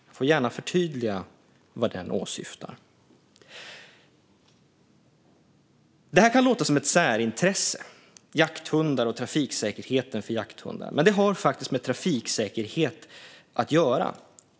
Han får gärna förtydliga vad det är han åsyftar. Det kan låta som ett särintresse, jakthundar och trafiksäkerheten för jakthundar. Men det har faktiskt med trafiksäkerhet att göra.